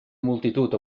multitud